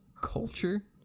culture